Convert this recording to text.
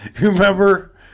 remember